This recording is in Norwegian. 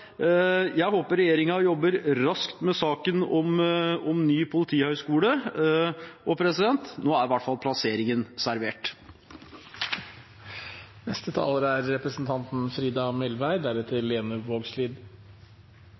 Jeg håper regjeringen jobber raskt med saken om ny politihøgskole. Nå er i hvert fall plasseringen servert! Politireforma har betydd ei stor, men nødvendig omstilling av politi- og lensmannsetaten, og det er